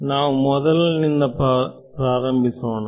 ನಾವು ಮೊದಲಿನಿಂದ ಪ್ರಾರಂಭಿಸೋಣ